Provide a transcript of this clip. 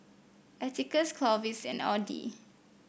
Atticus Clovis and Audy